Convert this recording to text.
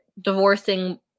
divorcing